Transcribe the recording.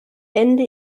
ende